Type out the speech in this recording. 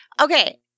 Okay